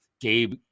Gabe